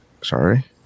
sorry